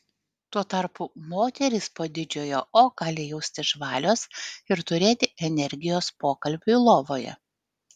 tuo tarpu moterys po didžiojo o gali jaustis žvalios ir turėti energijos pokalbiui lovoje